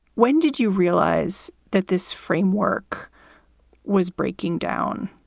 when did you realize that this framework was breaking down?